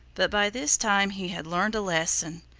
but by this time he had learned a lesson,